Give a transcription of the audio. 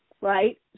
right